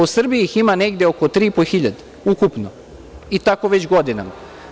U Srbiji ih ima negde oko tri i po hiljade, ukupno, i tako već godinama.